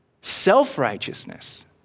Self-righteousness